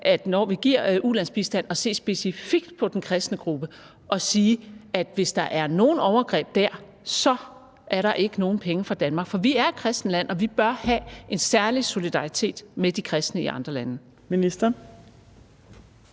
når vi giver ulandsbistand, og sige, at hvis der er nogen overgreb dér, er der ikke nogen penge fra Danmark. For vi er et kristent land, og vi bør have en særlig solidaritet med de kristne i andre lande.